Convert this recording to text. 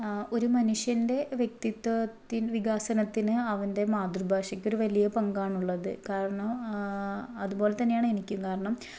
ഒരു മനുഷ്യൻ്റെ വ്യക്തിത്വ വികസനത്തിന് അവൻ്റെ മാതൃഭാഷയ്ക്ക് ഒരു വലിയ പങ്കാണുള്ളത് കാരണം അതുപോലെ തന്നെയാണ് എനിക്കും കാരണം